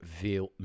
veel